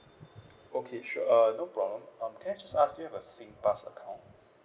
okay sure uh no problem um can I just ask do you have a singpass account